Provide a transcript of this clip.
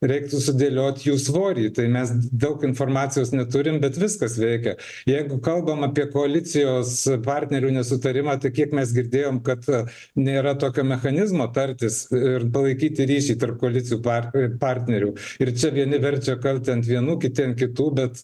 reiktų sudėliot jų svorį tai mes daug informacijos neturim bet viskas veikia jeigu kalbam apie koalicijos partnerių nesutarimą tai kiek mes girdėjom kad nėra tokio mechanizmo tartis ir palaikyti ryšį tarp koalicijų par partnerių ir čia vieni verčia kaltę ant vienų kiti ant kitų bet